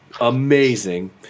amazing